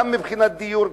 גם מבחינת דיור,